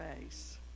face